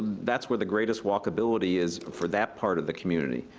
that's where the greatest walk-ability is, for that part of the community.